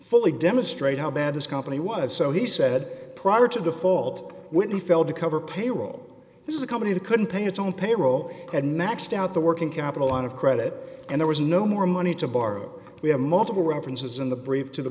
fully demonstrate how bad this company was so he said prior to default when we failed to cover payroll this is a company that couldn't pay its own payroll and maxed out the working capital out of credit and there was no more money to borrow we have multiple references in the brief to the